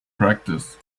practice